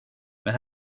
det